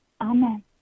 amen